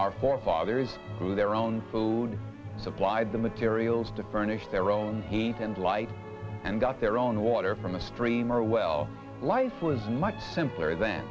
our forefathers who their own food supply the materials to furnish their own heat and light and got their own water from the stream or well life was much simpler th